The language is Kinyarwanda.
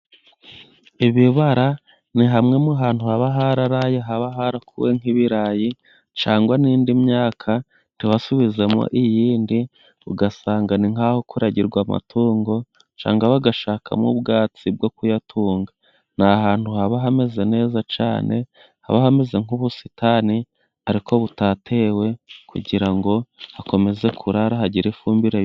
Ibibara ni hamwe mu ahantu haba hararaye, haba harakuwe nk'ibirayi cyangwa n'indi myaka ntibasubizemo iyindi, ugasanga ni nkaho kuragirwa amatungo cyangwa bagashakamo ubwatsi bwo kuyatunga, ni ahantu haba hameze neza cyane haba hameze nk'ubusitani, ariko butatewe kugira ngo hakomeze kurara hagira ifumbire.